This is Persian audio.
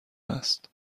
است